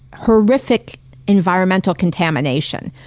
horrific environmental contamination,